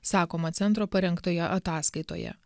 sakoma centro parengtoje ataskaitoje